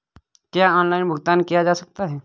क्या ऑनलाइन भुगतान किया जा सकता है?